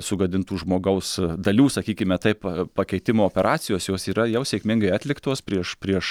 sugadintų žmogaus dalių sakykime taip pakeitimo operacijos jos yra jau sėkmingai atliktos prieš prieš